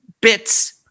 bits